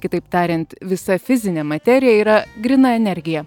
kitaip tariant visa fizinė materija yra gryna energija